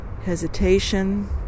hesitation